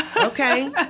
Okay